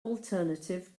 alternative